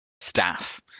staff